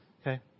Okay